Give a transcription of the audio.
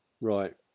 right